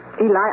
Eli